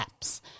apps